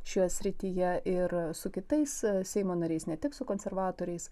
šioje srityje ir su kitais seimo nariais ne tik su konservatoriais